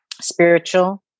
spiritual